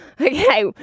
okay